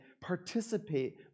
participate